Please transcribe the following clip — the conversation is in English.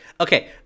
Okay